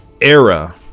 era